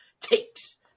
takes